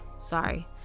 sorry